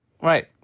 Right